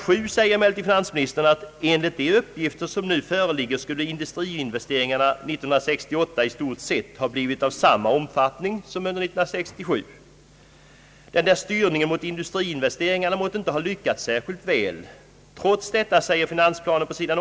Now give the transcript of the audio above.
7 anför emellertid finansministern: »Enligt de uppgifter som nu föreligger skulle industriinvesteringarna 1968 i stort sett ha förblivit av samma omfattning som under 1967.» Den där styrningen mot industriinvesteringarna måtte inte ha lyckats särskilt väl. Trots detta står i finansplanen på sid.